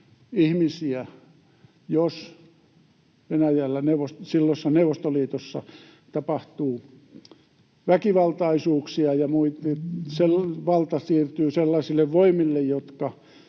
enemmän, jos silloisessa Neuvostoliitossa tapahtuu väkivaltaisuuksia ja valta siirtyy sellaisille voimille, jotka